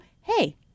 hey